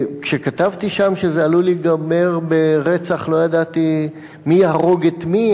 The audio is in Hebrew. כשכתבתי בשאילתא שזה עלול להיגמר ברצח לא ידעתי מי יהרוג את מי,